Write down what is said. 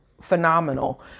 phenomenal